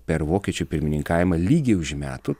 per vokiečių pirmininkavimą lygiai už metų